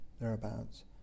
thereabouts